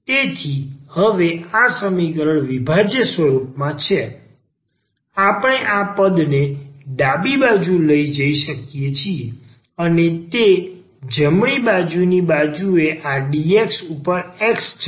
તેથી હવે આ સમીકરણ વિભાજ્ય સ્વરૂપમાં છે આપણે આ પદને ડાબી બાજુ લઈ શકીએ છીએ અને તે જમણી બાજુની બાજુએ આ dx ઉપર x જશે